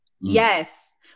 Yes